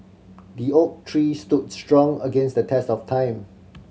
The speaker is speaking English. the oak tree stood strong against the test of time